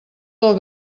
del